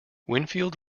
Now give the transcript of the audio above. winfield